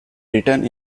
written